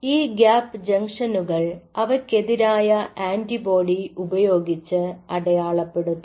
ഈ ഗ്യാപ്പ് ജംഗ്ഷനുകൾ അവയ്ക്കെതിരായ ആൻറിബോഡി ഉപയോഗിച്ച് അടയാളപ്പെടുത്താം